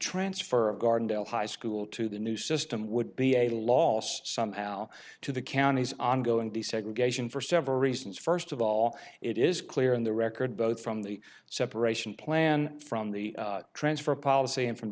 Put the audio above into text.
transfer of gardendale high school to the new system would be a lost somehow to the county's ongoing desegregation for several reasons first of all it is clear in the record both from the separation plan from the transfer policy and from